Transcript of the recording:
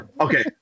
Okay